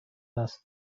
است